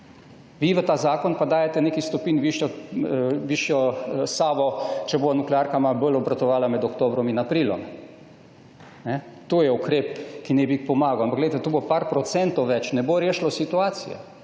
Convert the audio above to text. pa v ta zakon dajete nekaj stopinj višjo Savo, če bo nuklearka malo bolj obratovala med oktobrom in aprilom. To je ukrep, ki naj bi pomagal. Ampak glejte, to bo nekaj procentov več in ne bo rešilo situacije.